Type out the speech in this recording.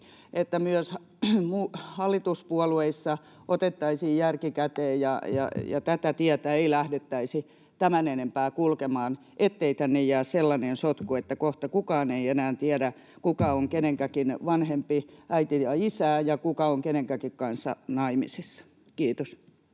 että myös hallituspuolueissa otettaisiin järki käteen ja tätä tietä ei lähdettäisi tämän enempää kulkemaan, ettei tänne jää sellainen sotku, että kohta kukaan ei enää tiedä, kuka on kenenkäkin vanhempi, äiti tai isä, ja kuka on kenenkäkin kanssa naimisissa. — Kiitos.